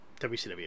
WCW